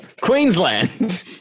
Queensland